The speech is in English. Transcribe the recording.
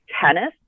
tennis